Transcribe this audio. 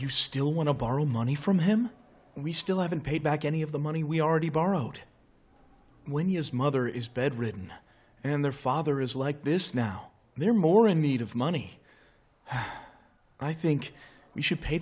you still want to borrow money from him we still haven't paid back any of the money we already borrowed when his mother is bedridden and their father is like this now they are more in need of money i think we should pay